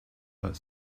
but